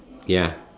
ya